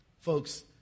Folks